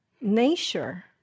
Nature